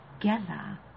together